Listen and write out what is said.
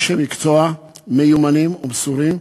אנשי מקצוע מיומנים ומסורים,